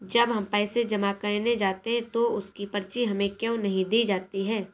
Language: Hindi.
जब हम पैसे जमा करने जाते हैं तो उसकी पर्ची हमें क्यो नहीं दी जाती है?